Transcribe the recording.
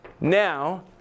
Now